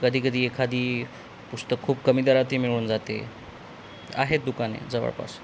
कधी कधी एखादी पुस्तक खूप कमी दरातही मिळून जाते आहेत दुकाने जवळपास